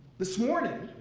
this morning,